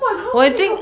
oh my god